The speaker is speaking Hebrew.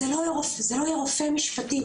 זה לא לרופא משפטי,